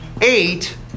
eight